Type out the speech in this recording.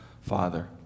Father